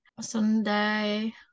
Sunday